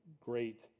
great